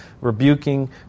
rebuking